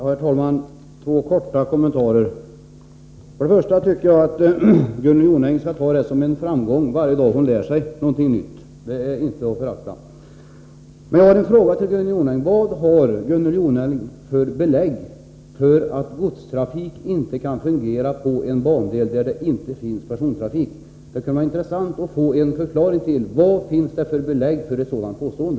Herr talman! Två korta kommentarer: Först och främst tycker jag att Gunnel Jonäng skulle ta det som en framgång varje dag hon lär sig något nytt — det är inte att förakta. Sedan har jag en fråga till henne: Vad har Gunnel Jonäng för belägg för att godstrafik inte kan fungera på en bandel där det inte finns persontrafik? Det kan vara intressant att få uppgift om vad det finns för belägg för ett sådant påstående.